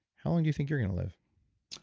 how long do you think you're going to live?